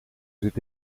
zit